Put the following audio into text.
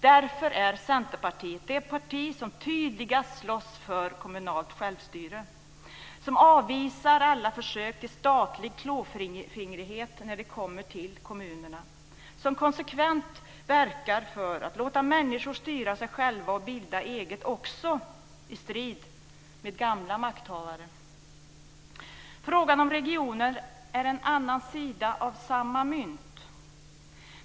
Därför är Centerpartiet det parti som tydligast slåss för kommunalt självstyre, som avvisar alla försök till statlig klåfingrighet när det gäller kommunerna och som konsekvent verkar för att låta människor styra sig själva och bilda eget också i strid med gamla makthavare. Frågan om regioner är en annan sida av samma mynt.